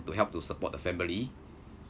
to help to support the family